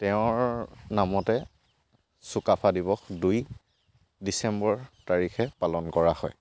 তেওঁৰ নামতে চুকাফা দিৱস দুই ডিচেম্বৰ তাৰিখে পালন কৰা হয়